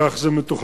כך זה מתוכנן.